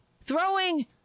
Throwing